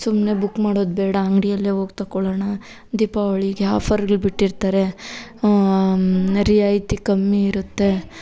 ಸುಮ್ಮನೆ ಬುಕ್ ಮಾಡೋದು ಬೇಡ ಅಂಗಡಿಯಲ್ಲೇ ಹೋಗ್ ತೊಕೊಳೋಣ ದೀಪಾವಳಿಗೆ ಆಫರ್ಗಳು ಬಿಟ್ಟಿರ್ತಾರೆ ರಿಯಾಯಿತಿ ಕಮ್ಮಿ ಇರುತ್ತೆ